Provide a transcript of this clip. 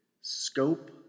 scope